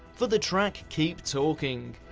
for the track keep talking.